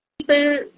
people